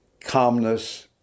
calmness